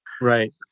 Right